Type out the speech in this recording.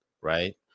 right